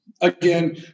Again